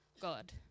God